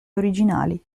originali